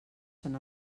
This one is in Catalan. són